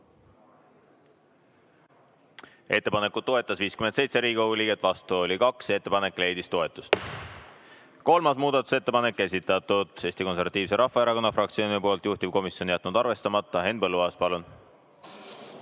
Ettepanekut toetas 57 Riigikogu liiget, vastu oli 2. Ettepanek leidis toetust. Kolmas muudatusettepanek. Esitatud Eesti Konservatiivse Rahvaerakonna fraktsiooni poolt, juhtivkomisjon on jätnud arvestamata. Henn Põlluaas, palun!